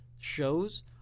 shows